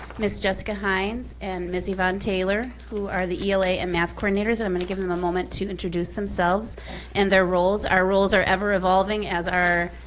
ms. jessica hines and ms. yvonne taylor, who are the ela and math coordinators. and i'm gonna give them a moment to introduce themselves and their roles. our roles are ever evolving as our